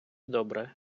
добре